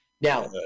now